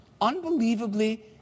Unbelievably